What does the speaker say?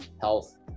health